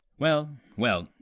well, well,